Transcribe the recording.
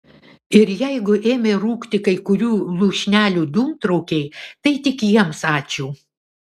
ir jeigu ėmė rūkti kai kurių lūšnelių dūmtraukiai tai tik jiems ačiū